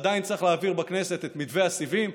עדיין צריך להעביר בכנסת את מתווה הסיבים,